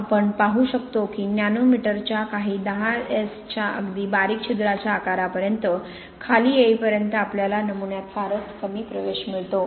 आपण पाहू शकता की नॅनोमीटरच्या काही 10s च्या या अगदी बारीक छिद्राच्या आकारापर्यंत खाली येईपर्यंत आपल्याला नमुन्यात फारच कमी प्रवेश मिळतो